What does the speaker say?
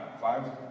five